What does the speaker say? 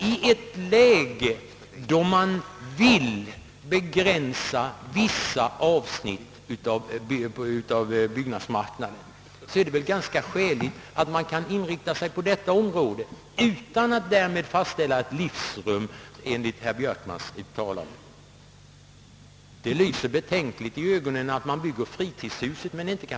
I ett läge då man vill begränsa vissa avsnitt av byggandet är det ganska skäligt att man inriktar sig på en sådan sak — utan att därför fastställa ett sådant livsrum som herr Björkman talade om.